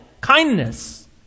kindness